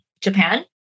Japan